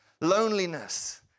Loneliness